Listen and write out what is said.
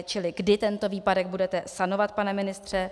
Čili kdy tento výpadek budete sanovat, pane ministře?